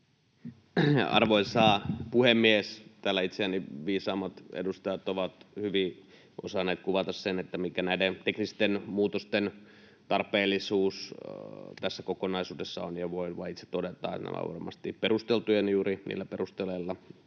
Arvoisa puhemies! Täällä itseäni viisaammat edustajat ovat hyvin osanneet kuvata sen, mikä näiden teknisten muutosten tarpeellisuus tässä kokonaisuudessa on, ja voin vain itse todeta, että nämä ovat varmasti perusteltuja juuri niillä perusteluilla,